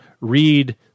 read